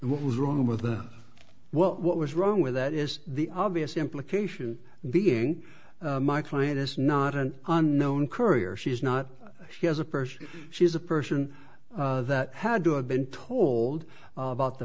and what was wrong with the well what was wrong with that is the obvious implication being my client is not an unknown courier she's not she has a person she's a person that had to have been told about the